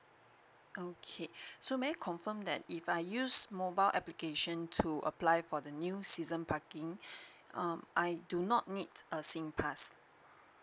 okay so may I confirm that if I use mobile application to apply for the new season parking um I do not need a singpass